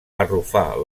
arrufar